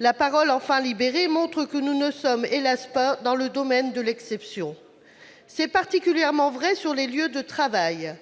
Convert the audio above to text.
La parole enfin libérée montre que nous ne sommes pas, hélas !, dans le domaine de l'exception. C'est particulièrement vrai sur les lieux de travail.